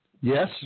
Yes